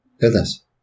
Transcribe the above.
Goodness